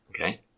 Okay